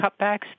cutbacks